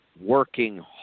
working